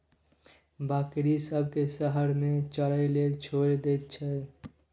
बकरी सब केँ सरेह मे चरय लेल छोड़ि दैत छै